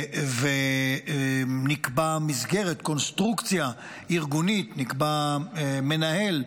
ונקבעה מסגרת, קונסטרוקציה ארגונית, נקבע מנהל,